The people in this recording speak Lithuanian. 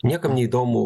niekam neįdomu